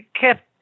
kept